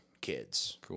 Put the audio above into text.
kids